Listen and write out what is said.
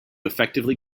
effectively